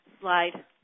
slide